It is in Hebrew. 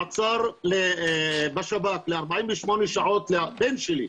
מעצר בשב"כ ל-48 שעות זה הבן שלי,